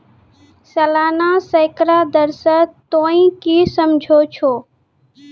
सलाना सैकड़ा दर से तोंय की समझै छौं